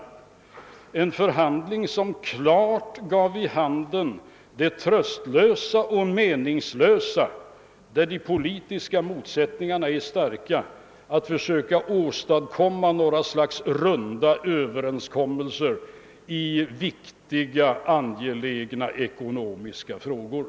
De förhandlingarna gav klart vid handen att det är tröstlöst och meningslöst att när de politiska motsättningarna är starka försöka åstadkomma några runda överenskommelser i viktiga och angelägna ekonomiska frågor.